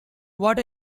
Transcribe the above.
what